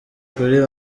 kuri